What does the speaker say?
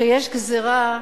יש גזירה,